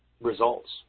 results